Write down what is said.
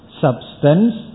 substance